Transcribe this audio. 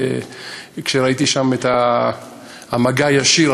כשראיתי שם את המגע הישיר,